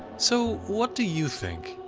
so what do you think?